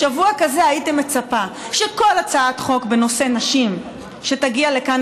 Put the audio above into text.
בשבוע כזה הייתי מצפה שכל הצעת חוק בנושא נשים שתגיע לכאן,